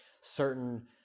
certain